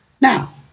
Now